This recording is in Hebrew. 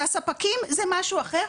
והספקים זה משהו אחר.